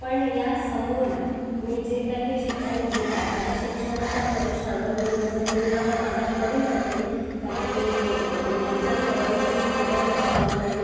पण या समोर मी जे काही शिक्षण घेत आहे त्या शिक्षणाच्या भरवशावर मी उदरनिर्वाह माझा करू शकेल कारण की मी मेडिकल कॉलेजची स्टुडंट असल्यामुळे